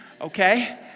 okay